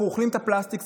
אנחנו אוכלים את הפלסטיק,